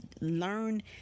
Learn